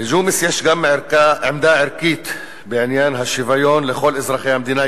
לג'ומס יש גם עמדה ערכית בעניין השוויון לכל אזרחי המדינה,